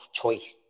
choice